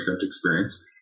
experience